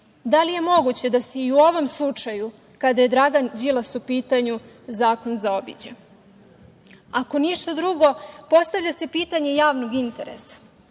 da li je moguće da se i u ovom slučaju kada je Dragan Đilas u pitanju zakon zaobiđe? Ako ništa drugo, postavlja se pitanje javnog interesa,